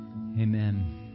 Amen